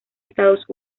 estados